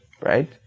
right